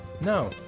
No